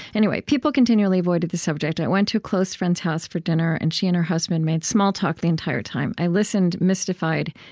anyway people continually avoided the subject. i went to a close friend's house for dinner, and she and her husband made small talk the entire time. i listened, mystified,